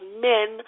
men